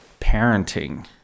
parenting